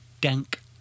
dank